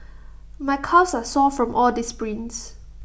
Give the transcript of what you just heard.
my calves are sore from all the sprints